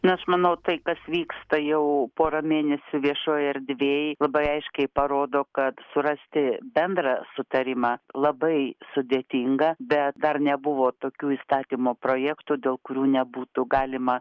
na aš manau tai kas vyksta jau porą mėnesių viešoj erdvėj labai aiškiai parodo kad surasti bendrą sutarimą labai sudėtinga be dar nebuvo tokių įstatymo projektų dėl kurių nebūtų galima